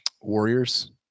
Warriors